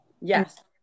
Yes